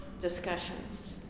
discussions